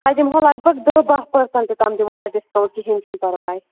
تۄہہِ دِمہو لگ بگ دَہ بَہہ پٔرسنٛٹ تام دِمہو ڈِسکاوُنٛٹ کِہیٖنۍ چُھنہٕ پرواے